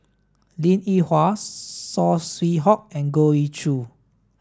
Linn In Hua Saw Swee Hock and Goh Ee Choo